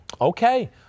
Okay